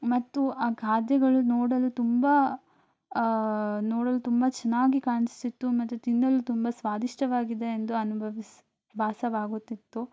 ಮತ್ತು ಆ ಖಾದ್ಯಗಳು ನೋಡಲು ತುಂಬ ನೋಡಲು ತುಂಬ ಚೆನ್ನಾಗಿ ಕಾಣಿಸ್ತಿತ್ತು ಮತ್ತು ತಿನ್ನಲು ತುಂಬ ಸ್ವಾದಿಷ್ಟವಾಗಿದೆ ಎಂದು ಅನುಭವಿಸಿ ಭಾಸವಾಗುತ್ತಿತ್ತು